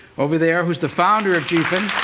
over there who's the founder of gphin.